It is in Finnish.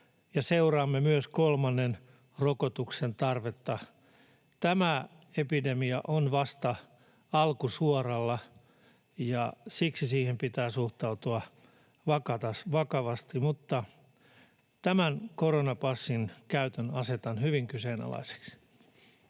seuraamme myös kolmannen rokotuksen tarvetta. Tämä epidemia on vasta alkusuoralla, ja siksi siihen pitää suhtautua vakavasti, mutta tämän koronapassin käytön asetan hyvin kyseenalaiseksi.